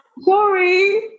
sorry